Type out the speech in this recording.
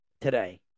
Today